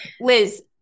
Liz